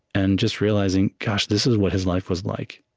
and just realizing gosh, this is what his life was like.